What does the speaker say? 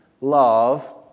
love